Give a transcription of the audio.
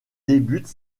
débute